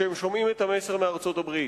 כשהם שומעים את המסר מארצות-הברית.